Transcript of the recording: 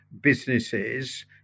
businesses